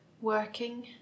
working